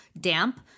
damp